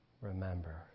Remember